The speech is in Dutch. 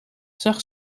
zag